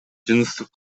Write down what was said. жыныстык